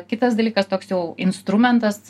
kitas dalykas toks jau instrumentas